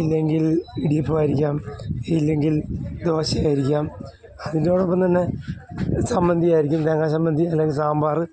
ഇല്ലെങ്കില് ഇടിയപ്പമായിരിക്കാം ഇല്ലെങ്കില് ദോശയായിരിക്കാം അതിന്റോടൊപ്പം തന്നെ ചമ്മന്തിയായിരിക്കും തേങ്ങാചമ്മന്തി അല്ലെങ്കില് സാമ്പാറ്